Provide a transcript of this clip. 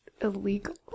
illegal